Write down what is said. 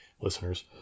listeners